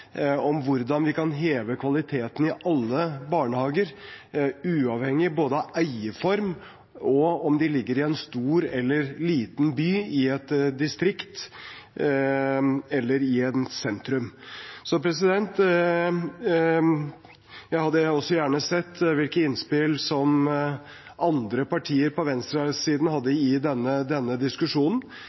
alle barnehager, uavhengig av både eierform og om de ligger i en stor eller liten by, i et distrikt eller i et sentrum? Jeg hadde også gjerne sett hvilke innspill andre partier på venstresiden hadde hatt i denne diskusjonen.